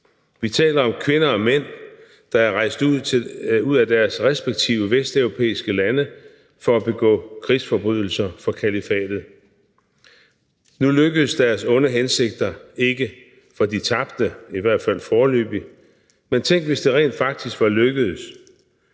Vi taler om kvinder og mænd, der er rejst ud af deres respektive vesteuropæiske lande for at begå krigsforbrydelser for kalifatet. Nu lykkedes deres onde hensigter ikke, for de tabte – i hvert fald foreløbig. Men tænk, hvis det rent faktisk var lykkedes.